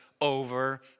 over